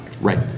Right